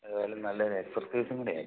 ഏതായാലും നല്ല കാര്യം